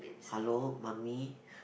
hello mummy